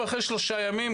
ואחרי שלושה ימים,